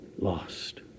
Lost